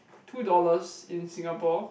two dollars in Singapore